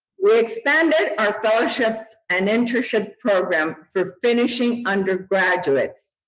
we expanded our fellowships and internship program for finishing undergraduates.